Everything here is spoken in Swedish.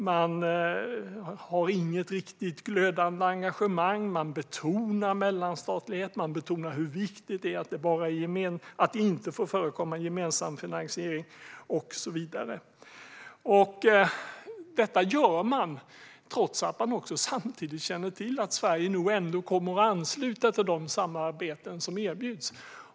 Man har inget riktigt glödande engagemang. Man betonar mellanstatlighet och hur viktigt det är att det inte får förekomma gemensam finansiering och så vidare. Detta gör man trots att man samtidigt känner till att Sverige nog ändå kommer att ansluta till de samarbeten som erbjuds.